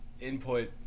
input